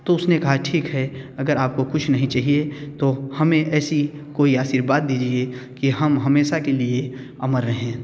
तो उसने कहा ठीक है अगर आपको कुछ नहीं चाहिए तो हमें ऐसी कोइ आशीर्वाद दीजिए कि हम हमेशा के लिए अमर रहें